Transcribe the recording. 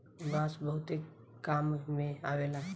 बांस बहुते काम में अवेला